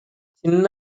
சின்ன